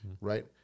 right